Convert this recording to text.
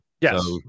Yes